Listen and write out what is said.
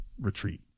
retreat